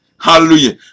Hallelujah